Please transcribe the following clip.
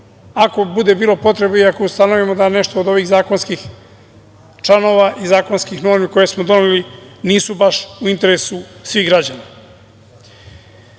ako bude bilo potrebe i ako ustanovimo da nešto od ovih zakonskih članova i zakonskih normi koje smo doneli nisu baš u interesu svih građana. Svakako,